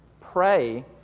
pray